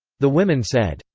the women said,